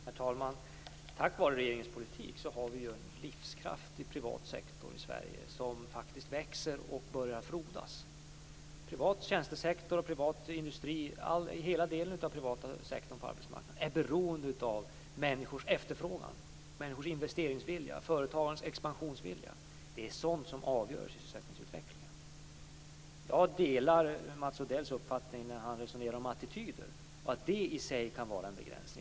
Herr talman! Tack vare regeringens politik har vi en livskraftig privat sektor i Sverige som faktiskt växer och börjar frodas. Privat tjänstesektor och privat industri - hela den privata sektorn på arbetsmarknaden - är beroende av människors efterfrågan och investeringsvilja och företagarnas expansionsvilja. Det är sådant som avgör sysselsättningsutvecklingen. Jag delar Mats Odells uppfattning när han resonerar om attityder och säger att de i sig kan vara en begränsning.